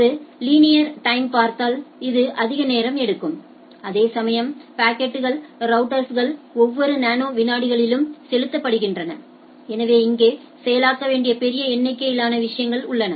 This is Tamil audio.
ஒரு லீனியர் டைம்படி பார்த்தாள் இது அதிக நேரம் எடுக்கும் அதேசமயம் பாக்கெட்கள் ரௌட்டர்ஸ்க்குள் ஒவ்வொரு நானோ விநாடிகளிலும் செலுத்தப்படுகின்றன எனவே இங்கே செயலாக்க வேண்டிய பெரிய எண்ணிக்கையிலான விஷயங்கள் உள்ளன